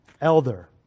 Elder